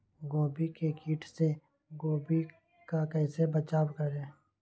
गोभी के किट से गोभी का कैसे बचाव करें?